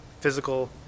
physical